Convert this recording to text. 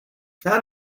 how